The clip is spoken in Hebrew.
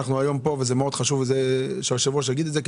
אנחנו היום פה וזה מאוד חשוב שהיו"ר יגיד את זה,